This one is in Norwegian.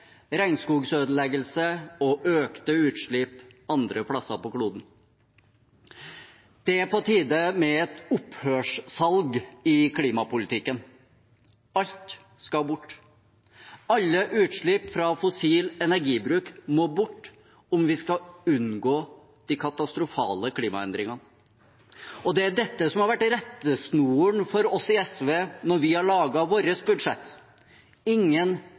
regnskogsødeleggelse og økte utslipp andre plasser på kloden. Det er på tide med et opphørssalg i klimapolitikken – alt skal bort. Alle utslipp fra fossil energibruk må bort om vi skal unngå de katastrofale klimaendringene. Det er dette som har vært rettesnoren for oss i SV når vi har laget vårt budsjett. Ingen